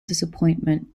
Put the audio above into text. disappointment